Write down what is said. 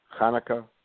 Hanukkah